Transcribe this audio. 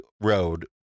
road